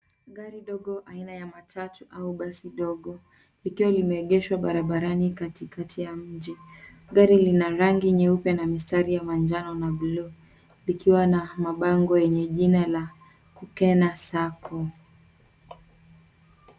Gari dogo aina ya matatu au basi dogo likiwa limeegeshwa barabarani katikati ya mji. Gari lina rangi nyeupe na mistari ya manjano na blue likiwa na bango lenye jina la Kukena Sacco.